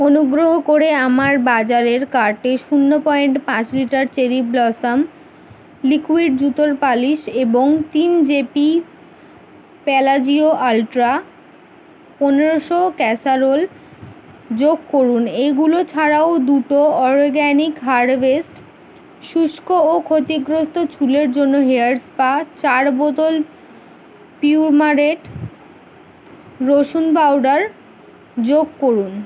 অনুগ্রহ করে আমার বাজারের কার্টে শূন্য পয়েন্ট পাঁচ লিটার চেরি ব্লসম লিকুইড জুতোর পালিশ এবং তিন জে পি প্যালাজিও আলট্রা পনেরোশো ক্যাসারোল যোগ করুন এইগুলো ছাড়াও দুটো অরগ্যানিক হারভেস্ট শুষ্ক ও ক্ষতিগ্রস্ত চুলের জন্য হেয়ার স্পা চার বোতল পিউমারেট রসুন পাউডার যোগ করুন